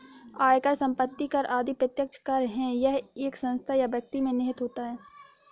आयकर, संपत्ति कर आदि प्रत्यक्ष कर है यह एक संस्था या व्यक्ति में निहित होता है